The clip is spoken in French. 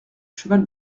cheval